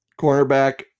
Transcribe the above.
Cornerback